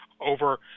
over